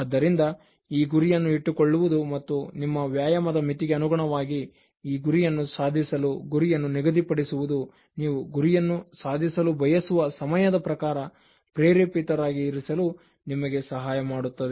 ಆದ್ದರಿಂದ ಈ ಗುರಿಯನ್ನು ಇಟ್ಟುಕೊಳ್ಳುವುದು ಮತ್ತು ನಿಮ್ಮ ವ್ಯಾಯಾಮದ ಮಿತಿಗೆ ಅನುಗುಣವಾಗಿ ಈ ಗುರಿಯನ್ನು ಸಾಧಿಸಲು ಗುರಿಯನ್ನು ನಿಗದಿಪಡಿಸುವುದು ನೀವು ಗುರಿಯನ್ನು ಸಾಧಿಸಲು ಬಯಸುವ ಸಮಯದ ಪ್ರಕಾರ ಪ್ರೇರೇಪಿತರಾಗಿ ಇರಿಸಲು ನಿಮಗೆ ಸಹಾಯ ಮಾಡುತ್ತದೆ